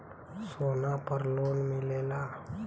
सोना पर लोन मिलेला?